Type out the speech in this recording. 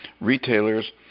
retailers